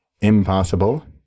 impossible